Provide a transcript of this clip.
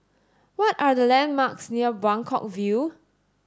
what are the landmarks near Buangkok View